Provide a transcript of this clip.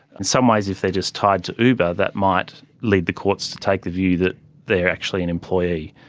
and some ways if they are just tied to uber, that might lead the courts to take the view that they are actually an employee.